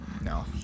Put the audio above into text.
No